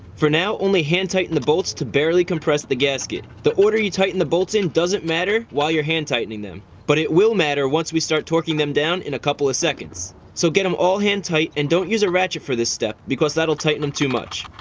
for now only hand tighten the bolts to barely compress the gasket. the order you tighten the bolts in doesn't matter while you're hand tightening them, but it will matter once we start torquing them down in a couple of seconds. so get them all hand tight and don't use a ratchet this step because that'll tighten them too much.